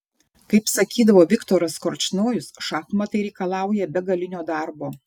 kaip sakydavo viktoras korčnojus šachmatai reikalauja begalinio darbo